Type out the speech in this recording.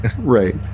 Right